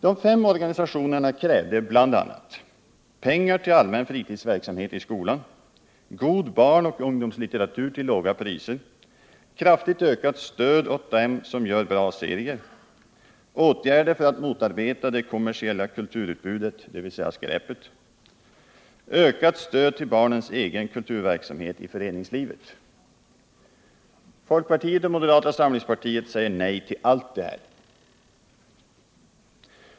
De fem organisationerna krävde bl.a. pengar till allmän fritidsverksamhet i skolan, god barnoch ungdomslitteratur till låga priser, kraftigt ökat stöd åt dem som gör bra serier, åtgärder för att motarbeta det kommersiella kulturutbudet, dvs. skräpet, samt ökat stöd till barnens egen kulturverksam het i föreningslivet. Folkpartiet och moderata samlingspartiet säger nej till allt detta.